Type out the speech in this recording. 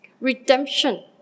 Redemption